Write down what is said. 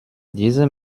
diese